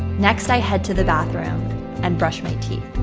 next, i head to the bathroom and brush my teeth.